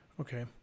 Okay